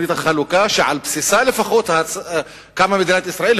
לתוכנית החלוקה שעל בסיסה לפחות קמה מדינת ישראל?